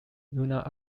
lunar